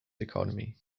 economy